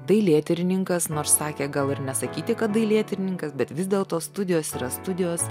dailėtyrininkas nors sakė gal ir nesakyti kad dailėtyrininkas bet vis dėlto studijos yra studijos